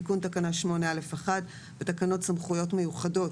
תיקון תקנה 8/א'/1 בתקנות סמכויות מיוחדות.